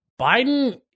Biden